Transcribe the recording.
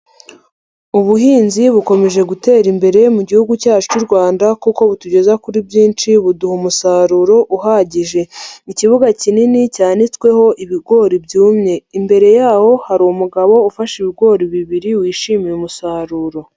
Ubuhinzi bukomeje gutera imbere mu gihugu cyacu cy'u Rwanda kuko butugeza kuri byinshi buduha umusaruro uhagije. Ikibuga kinini cyanditsweho ibigori byumye. Imbere yawo hari umugabo ufashe ibigori bibiri wishimiye umusaruro.